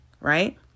right